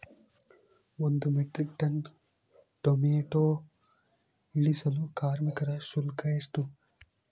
ಒಂದು metric tonne tomato ಇಳಿಸಲು ಕಾರ್ಮಿಕರ ಶುಲ್ಕ ಎಷ್ಟು?